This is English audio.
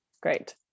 great